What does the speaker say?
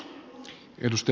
arvoisa puhemies